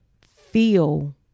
feel